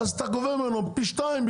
ואז אתה גובה מהם פי שתיים,